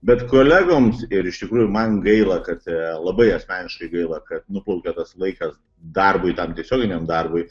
bet kolegoms ir iš tikrųjų man gaila kad labai asmeniškai gaila kad nuplaukė tas laikas darbui tam tiesioginiam darbui